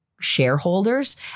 shareholders